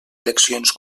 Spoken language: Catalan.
eleccions